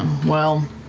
well.